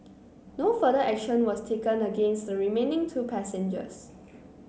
no further action was taken against the remaining two passengers